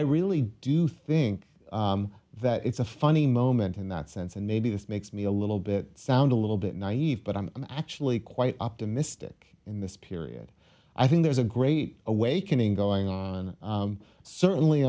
i really do think that it's a funny moment in that sense and maybe this makes me a little bit sound a little bit naive but i'm actually quite optimistic in this period i think there's a great awakening going on certainly